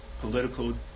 political